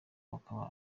bakaba